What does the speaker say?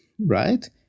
right